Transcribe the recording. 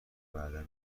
بعدا